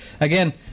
again